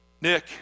Nick